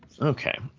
Okay